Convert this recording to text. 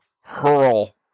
hurl